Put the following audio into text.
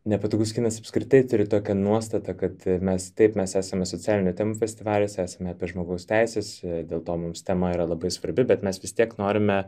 nepatogus kinas apskritai turi tokią nuostatą kad mes taip mes esame socialinių temų festivalis esame apie žmogaus teises dėl to mums tema yra labai svarbi bet mes vis tiek norime